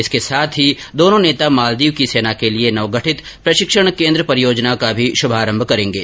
इसके साथ ही दोनो नेता मालदीव की सेना के लिये नवगठित प्रशिक्षण केन्द्र परियोजना का भी शुभारम्भ करेंगे